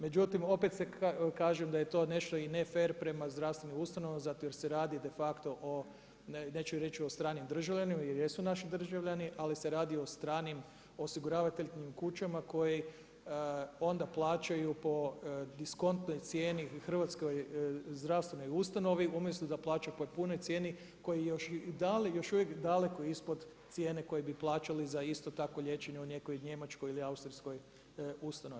Međutim, opet kažem da je to nešto i ne fer prema zdravstvenim ustanovama zato jer se radi de facto, neću reći o stranim državljanima jer jesu naši državljani ali se radi o stranim osiguravateljskim kućama koji onda plaćaju po diskontnoj cijeni hrvatskoj zdravstvenoj ustanovi umjesto da plaća po punoj cijeni koji je još uvijek daleko ispod cijene koju bi plaćali za isto tako liječenje u nekoj njemačkoj ili austrijskoj ustanovi.